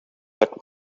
but